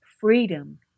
freedom